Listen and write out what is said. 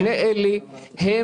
שני אלה הם